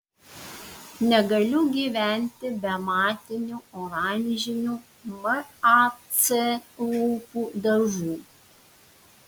negaliu gyventi be matinių oranžinių mac lūpų dažų